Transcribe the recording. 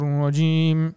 Rajim